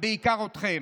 ובעיקר אתכם.